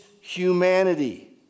humanity